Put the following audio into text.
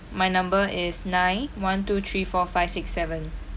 my number is nine one two three four five six seven